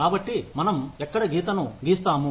కాబట్టి మనం ఎక్కడ గీతను గీస్తాము